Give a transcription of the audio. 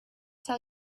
tell